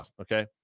okay